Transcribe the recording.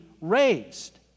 raised